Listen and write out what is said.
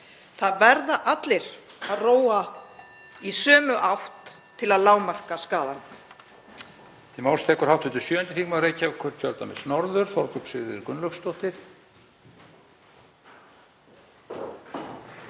Það verða allir að róa í sömu átt til að lágmarka skaðann.